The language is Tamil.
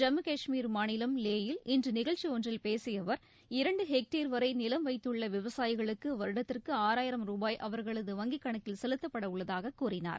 ஜம்மு கஷ்மீர் மாநிலம் லே யில் இன்று நிகழ்ச்சி ஒன்றில் பேசிய அவர் இரண்டு ஹெக்டேர் நிலம் வைத்துள்ள விவசாயிகளுக்கு வருடத்திற்கு ஆறாயிரம் ரூபாய் அவர்களது வங்கிக் கணக்கில் செலுத்தப்படவுள்ளதாக கூறினார்